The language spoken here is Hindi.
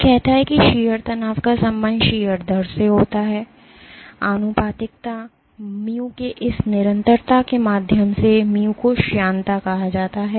यह कहता है कि शीयर तनाव का संबंध शीयर दर से होता है आनुपातिकता mu के इस निरंतरता के माध्यम से mu को श्यानता कहा जाता है